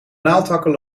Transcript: naaldhakken